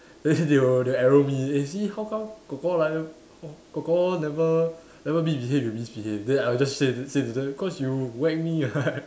then they will they will arrow me eh see how come kor kor like kor kor never never misbehave you misbehave then I'll just say say to them cause you whack me [what]